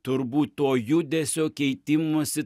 turbūt to judesio keitimosi